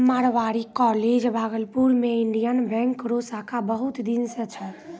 Marwari college Bhagalpur मे Indian bank रो शाखा बहुत दिन से छै